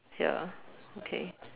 ya okay